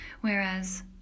whereas